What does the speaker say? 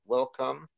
Welcome